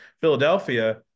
Philadelphia